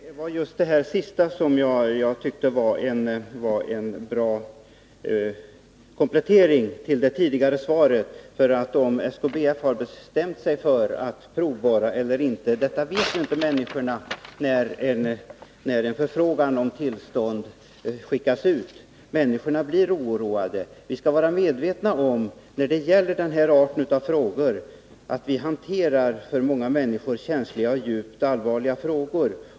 Herr talman! Jag tycker att det sista var en komplettering till det tidigare svaret. Om SKBF bestämmer sig för att provborra eller inte vet ju inte människorna när förfrågan om tillstånd skickas ut. När det gäller den här arten av frågor skall vi vara medvetna om att vi hanterar för många människor känsliga och djupt allvarliga frågor.